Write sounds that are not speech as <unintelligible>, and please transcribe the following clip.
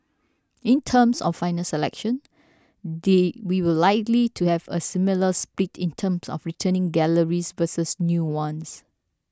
in terms of final selection <unintelligible> we will likely to have a similar split in terms of returning galleries versus new ones